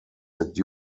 that